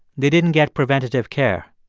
they didn't get preventative care.